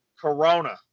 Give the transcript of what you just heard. corona